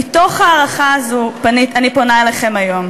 ומתוך ההערכה הזו אני פונה אליכן היום.